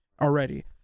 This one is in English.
already